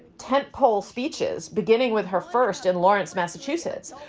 tentpoles speeches, beginning with her first in lawrence, massachusetts,